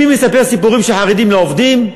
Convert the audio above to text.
מי מספר סיפורים שהחרדים לא עובדים?